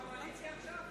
בקואליציה עכשיו,